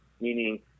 meaning